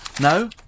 No